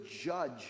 judge